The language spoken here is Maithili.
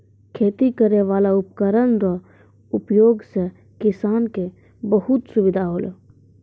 खेती करै वाला उपकरण रो उपयोग से किसान के बहुत सुबिधा होलै